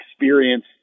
experience